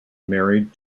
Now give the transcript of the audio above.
married